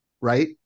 right